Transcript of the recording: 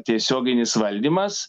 tiesioginis valdymas